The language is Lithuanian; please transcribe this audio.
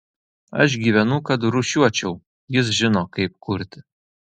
aš gyvenu kad rūšiuočiau jis žino kaip kurti